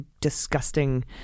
disgusting